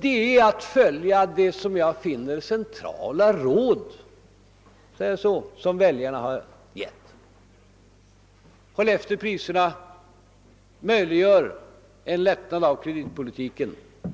Det innebär att vi följer det, som jag bedömer saken, centrala råd som väljarna har gett: Håll efter priserna och möjliggör en lättnad av kreditpolitiken! En